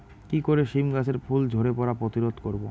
কি করে সীম গাছের ফুল ঝরে পড়া প্রতিরোধ করব?